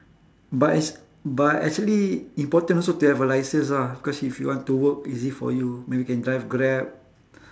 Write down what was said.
but it's but actually important also to have a license ah because if you want to work easy for you maybe can drive grab